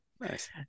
Nice